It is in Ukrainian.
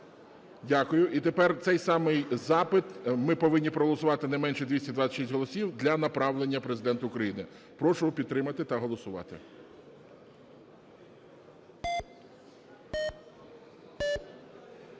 Дякую. І тепер цей самий запит ми повинні проголосувати не менше 226 голосів для направлення Президенту України. Прошу підтримати та голосувати.